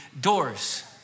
doors